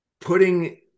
putting